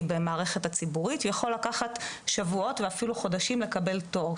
במערכת הציבורית יכול לקחת שבועות ואפילו חודשים לקבל תור,